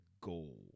goal